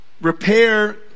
repair